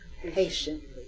patiently